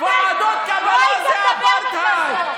על התנחלויות יש קונסנזוס,